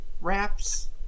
wraps